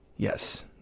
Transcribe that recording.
Yes